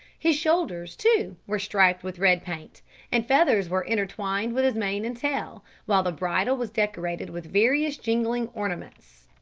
his shoulders, too, were striped with red paint and feathers were intertwined with his mane and tail, while the bridle was decorated with various jingling ornaments.